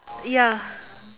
ya